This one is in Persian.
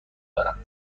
دارم